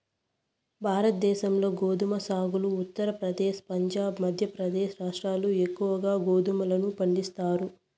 భారతదేశంలో గోధుమ సాగులో ఉత్తరప్రదేశ్, పంజాబ్, మధ్యప్రదేశ్ రాష్ట్రాలు ఎక్కువగా గోధుమలను పండిస్తాయి